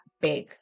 big